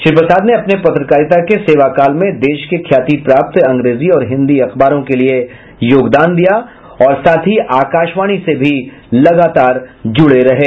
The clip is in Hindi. श्री प्रसाद ने अपने पत्रकारिता के सेवाकाल में देश के ख्याति प्राप्त अंग्रेजी और हिन्दी अखबारों के लिए योगदान दिया और साथ ही आकाशवाणी से भी जुड़े रहें